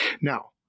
Now